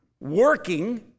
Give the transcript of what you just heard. working